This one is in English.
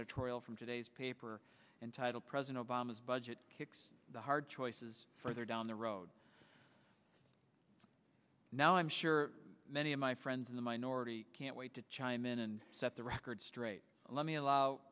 editorial from today's paper and title president obama's budget kicks the hard choices further down the road now i'm sure many of my friends in the minority can't wait to chime in and set the record straight let me allow